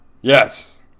Yes